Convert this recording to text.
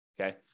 Okay